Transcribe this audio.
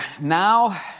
now